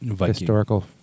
historical